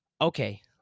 okay